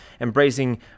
embracing